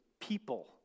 people